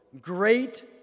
great